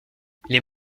les